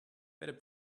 better